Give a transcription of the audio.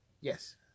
Yes